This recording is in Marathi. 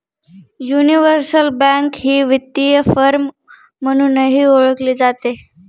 युनिव्हर्सल बँक ही वित्तीय फर्म म्हणूनही ओळखली जाते